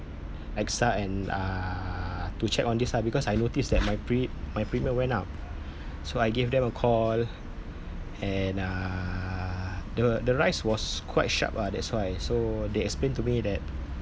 AXA and uh to check on this ah because I noticed that my pre~ my premium went up so I give them a call and uh the the rise was quite sharp ah that's why so they explained to me that